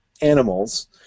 animals